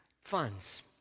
funds